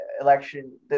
election